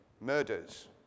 murders